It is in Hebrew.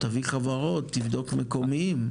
תביא חברות, תביא מקומיים.